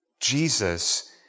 Jesus